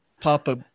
Papa